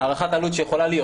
הערכת העלות שיכולה להיות,